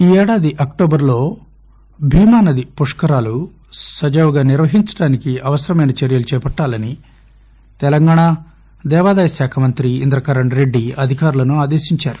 ఈ ఏడాది అక్టోబర్ లో భీమా నది పుష్కరాలు సజావుగా నిర్వహించడానికి అవసరమైన చర్యలు చేపట్టాలని తెలంగాణ దేవాదాయ మంత్రి ఇంద్రకరణ్రెడ్డి అధికారులను ఆదేశించారు